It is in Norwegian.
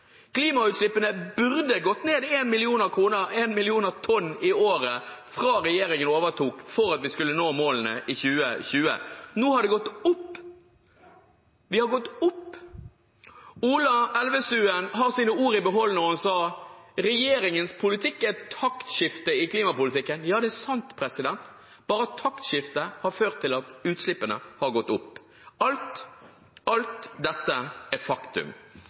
Klimagassutslippene burde gått ned 1 million tonn i året fra regjeringen overtok, for at vi skulle nå målene i 2020. Nå har de gått opp. Ola Elvestuen har sine ord i behold da han sa at regjeringens politikk er et taktskifte i klimapolitikken. Ja, det er sant, bare det at taktskiftet har ført til at utslippene har gått opp. Alt dette er